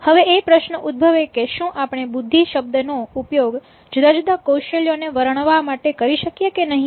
હવે એ પ્રશ્ન ઉદભવે કે શું આપણે બુદ્ધિ શબ્દનો ઉપયોગ જુદા જુદા કૌશલ્યોને વર્ણવવા માટે કરી શકીએ કે નહીં